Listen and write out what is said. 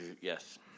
Yes